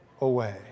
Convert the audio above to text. away